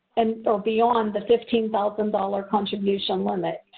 and so beyond the fifteen thousand dollars contribution limit.